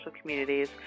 communities